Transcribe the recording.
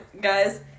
guys